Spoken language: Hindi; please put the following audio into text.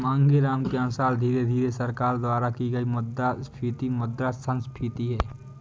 मांगेराम के अनुसार धीरे धीरे सरकार द्वारा की गई मुद्रास्फीति मुद्रा संस्फीति है